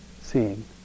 seeing